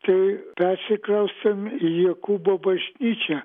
tai persikraustėm į jokūbo bažnyčią